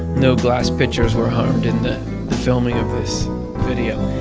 no glass pitchers were harmed in the filming of this video.